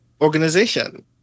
organization